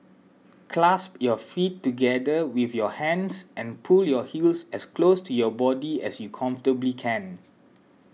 clasp your feet together with your hands and pull your heels as close to your body as you comfortably can